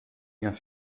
liens